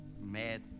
mad